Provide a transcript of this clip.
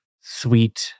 sweet